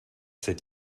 seid